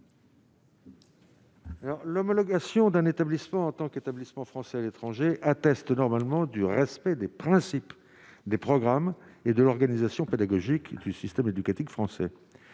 l'homologation d'un établissement en tant qu'établissement français à l'étranger, attestent normalement du respect des principes, des programmes et de l'organisation pédagogique du système éducatif français